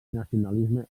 nacionalisme